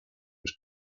was